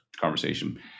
conversation